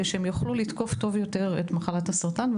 שהם יוכלו לתקוף טוב יותר את מחלת הסרטן,